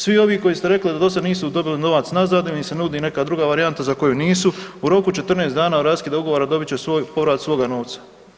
Svi ovi koji ste rekli da do sada nisu dobili novac nazad, da im se nudi neka druga varijanta za koju nisu u roku od 14 dana od raskida ugovora dobit će povrat svoga novca.